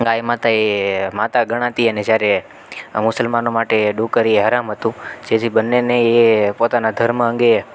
ગાય માતાએ માતા ગણાતી અને જ્યારે મુસલમાનો માટે ડુક્કર એ હરામ હતું જેથી બંનેને એ પોતાના ધર્મ અંગે